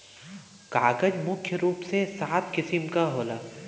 कागज मुख्य रूप से सात किसिम क होला